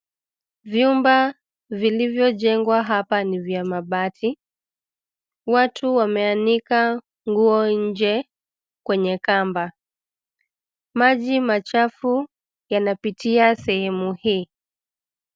Vyumba vilivyojengwa hapa ni vya mabati. Watu wameanika nguo nje kwenye kamba. Maji machafu yanapitia sehemu hii.